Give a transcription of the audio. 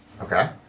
Okay